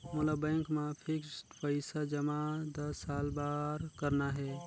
मोला बैंक मा फिक्स्ड पइसा जमा दस साल बार करना हे?